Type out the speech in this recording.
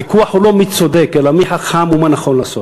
הוויכוח הוא לא מי צודק אלא מי חכם ומה נכון לעשות.